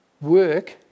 work